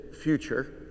future